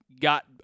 got